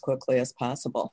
quickly as possible